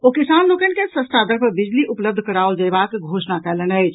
ओ किसान लोकनि के सस्ता दर पर बिजली उपलब्ध कराओल जायबाक घोषणा कयलनि अछि